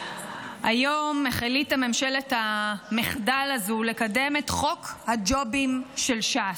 היום החליטה ממשלת המחדל הזו לקדם את חוק הג'ובים של ש"ס,